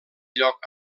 lloc